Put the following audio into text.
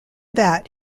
that